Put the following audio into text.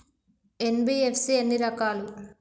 NBFC ఎన్ని రకాలు?